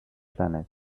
planet